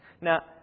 Now